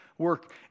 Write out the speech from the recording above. work